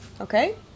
okay